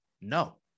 no